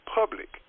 public